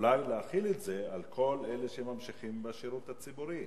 אולי בעצם להחיל את זה על כל אלה שממשיכים בשירות הציבורי?